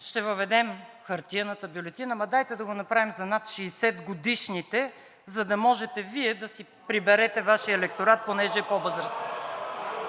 ще въведем хартиената бюлетина, ама дайте да го направим за над 60-годишните, за да можете Вие да си приберете Вашия електорат, понеже е по-възрастен.“